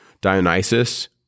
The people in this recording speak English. Dionysus